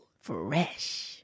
fresh